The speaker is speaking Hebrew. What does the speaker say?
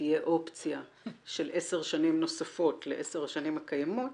שתהיה אופציה של עשר שנים נוספות לעשר השנים הקיימות,